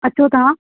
अचो तव्हां